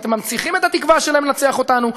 אתם מנציחים את התקווה שלהם לנצח אותנו.